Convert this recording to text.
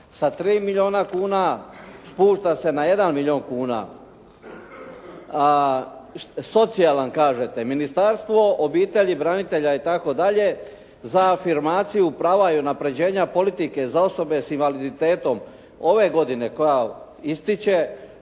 sa 3 milijuna kuna spušta se na jedan milijun kuna. Socijalan kažete. Ministarstvo obitelji, branitelja itd. za afirmaciju prava i unapređenja politike za osobe s invaliditetom ove godine koja ističe